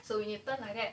so when you turn like that